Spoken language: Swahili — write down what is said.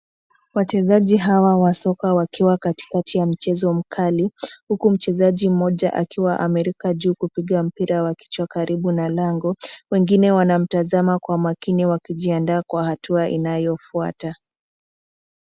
Wachezaji hawa wa soka wakiwa katikati ya mchezo mkali, huku mchezaji mmoja akiwa ameruka juu kupiga mpira wa kichwa karibu na lango. Wengine wanamtazama kwa makini wakijiandaa kwa hatua inayofuata.